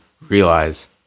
realize